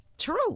true